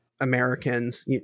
Americans